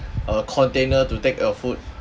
err container to take your food